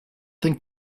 think